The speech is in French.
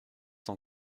cent